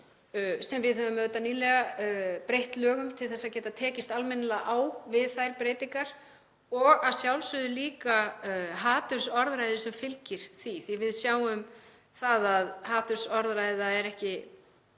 sem við höfum nýlega breytt lögum um til að geta tekist almennilega á við þær breytingar, og að sjálfsögðu líka hatursorðræðu sem fylgir því, því að við sjáum það að hatursorðræða snýst